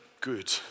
good